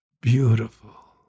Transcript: beautiful